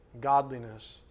godliness